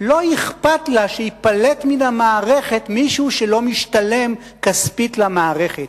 לא אכפת לה שייפלט מהמערכת מישהו שלא משתלם כספית למערכת,